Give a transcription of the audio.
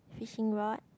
fishing rod